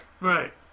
Right